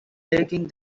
taking